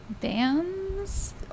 bands